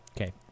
Okay